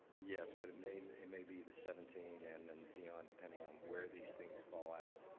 yes. but it may and it may be the seventeen and and beyond depending on where these things fall out.